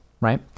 right